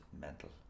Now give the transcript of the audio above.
mental